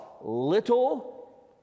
little